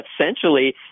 essentially